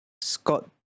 Scott